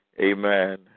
amen